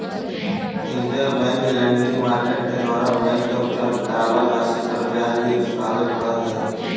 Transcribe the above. interbank lending market के द्वारा bank के उपलब्ध करावल राशि पर ब्याज भी चुकावे पड़ऽ हइ